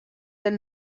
del